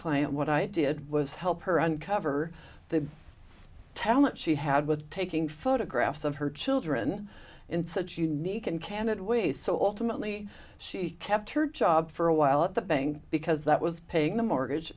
client what i did was help her uncover the talent she had with taking photographs of her children in such unique and candid ways so ultimately she kept her job for a while at the bank because that was paying the mortgage